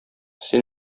син